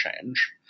change